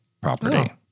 property